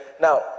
now